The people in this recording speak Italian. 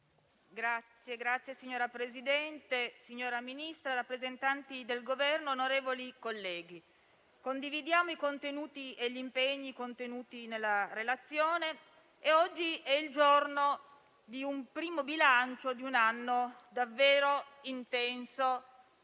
*(PD)*. Signora Presidente, signora Ministra, rappresentanti del Governo, onorevoli colleghi, condividiamo i contenuti e gli impegni presenti nella relazione e oggi è il giorno di un primo bilancio di un anno davvero intenso